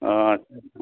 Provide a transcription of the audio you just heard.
অঁ আচ্ছা